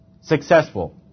successful